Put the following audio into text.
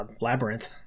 Labyrinth